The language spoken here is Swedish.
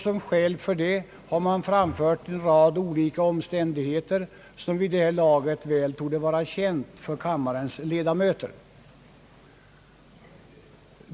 Som skäl har man anfört en rad olika omständigheter, som vid det här laget torde vara väl kända för kammarens ledamöter.